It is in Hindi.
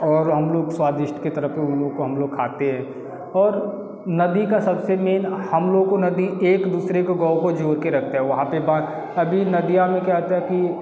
और हम लोग स्वादिष्ट की तरह उन लोगों को हम लोग खाते हैं और नदी का सब से मेन हम लोगों को नदी एक दूसरे को गाँव को जोड़ कर रखता है वहाँ पर अभी नदिया में क्या क्या की